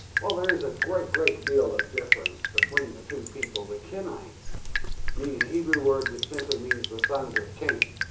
well there is a great great deal of difference between the two of people. the kenites being a hebrew word that simply means the sons of cain.